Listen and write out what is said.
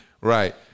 Right